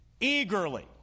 Eagerly